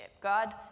God